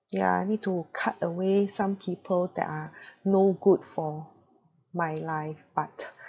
ya I need to cut away some people that are no good for my life but